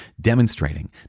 demonstrating